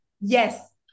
Yes